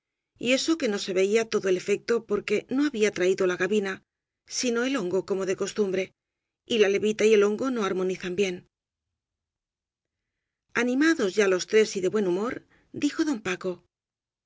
y eso que no se veía todo el efecto porque no había traído la gabina sino el hongo como de costumbre y la levita y el hongo no ar monizan bien animados ya los tres y de buen humor dijo don paco